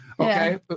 Okay